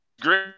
great